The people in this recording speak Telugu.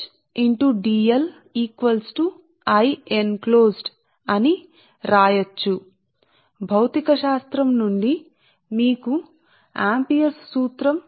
H లూప్ ఇంటెగ్రల్ ఈ ఇంటెగ్రల్ లోనిది దీనిని లూప్ ఇంటిగ్రల్ అంటారుసరే అంటే ఇది మీ ఆంపియర్స్ సూత్రం మీ నుండి మీకు తెలిసిన భౌతికశాస్త్రం సరే కాబట్టి ఇది అదే సమయంలో సమీకరణ సంఖ్య 8